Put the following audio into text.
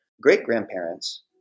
great-grandparents